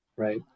right